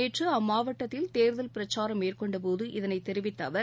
நேற்று அம்மாவட்டத்தில் தேர்தல் பிரச்சாரம் மேற்கொண்ட போது இதனை தெரிவித்த அவர்